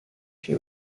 she